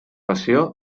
conservació